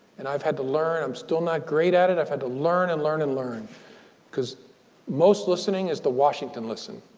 and i've had to learn. i'm still not great at it. i've had to learn and learn and learn because most listening is the washington listen.